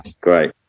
great